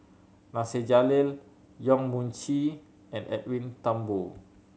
Nasir Jalil Yong Mun Chee and Edwin Thumboo